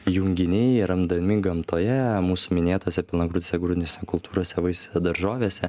junginiai randami gamtoje mūsų minėtose pilnagrūdėse grūdinėse kultūrose vaisiuose daržovėse